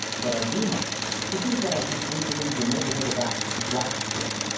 but i do mind! to think that i should bring you into the neighbourhood of that rascal